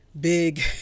big